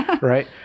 right